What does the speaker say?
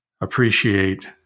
appreciate